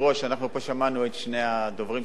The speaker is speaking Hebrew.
אנחנו פה שמענו את שני הדוברים שלפני,